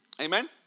Amen